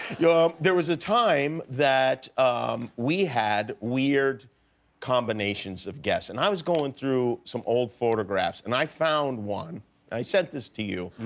yeah there was a time that we had weird combinations of guests. and i was going through some old photographs, and i found one. and i sent this to you.